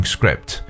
Script